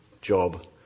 job